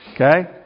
okay